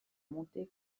montée